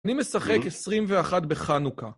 אני משחק 21 בחנוכה